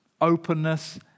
openness